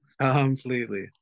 Completely